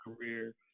career